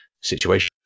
situation